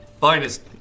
finest